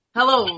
Hello